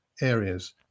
areas